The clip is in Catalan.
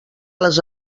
les